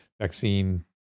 vaccine